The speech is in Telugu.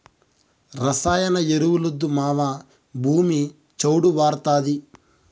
రసాయన ఎరువులొద్దు మావా, భూమి చౌడు భార్డాతాది